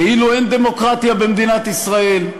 כאילו אין דמוקרטיה במדינת ישראל,